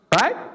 right